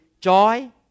joy